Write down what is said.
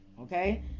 okay